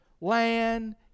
land